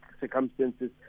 circumstances